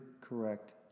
correct